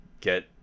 get